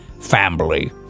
family